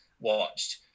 watched